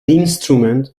instrument